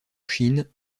chine